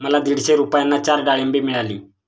मला दीडशे रुपयांना चार डाळींबे मिळाली